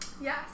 Yes